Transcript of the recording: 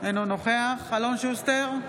אינו נוכח אלון שוסטר,